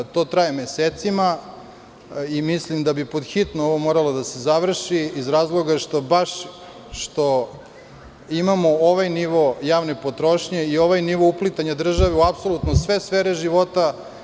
To traje mesecima i mislim da bi pod hitno ovo moralo da se završi baš iz razloga što imamo ovaj nivo javne potrošnje i ovaj nivo uplitanja države u apsolutno sve sfere život.